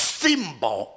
symbol